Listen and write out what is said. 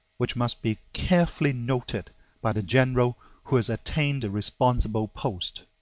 which must be carefully noted by the general who has attained a responsible post.